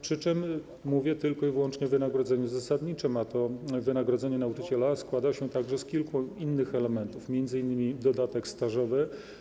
Przy czym mówię tylko i wyłącznie o wynagrodzeniu zasadniczym, a wynagrodzenie nauczyciela składa się także z kilku innych elementów, m.in. dodatku stażowego.